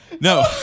No